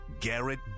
garrett